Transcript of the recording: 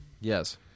Yes